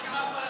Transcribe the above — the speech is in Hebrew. אל-ברכה.